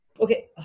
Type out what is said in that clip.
Okay